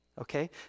Okay